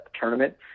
tournament